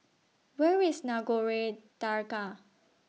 Where IS Nagore Dargah